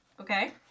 Okay